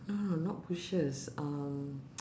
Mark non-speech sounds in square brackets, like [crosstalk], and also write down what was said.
no no not bushes um [noise]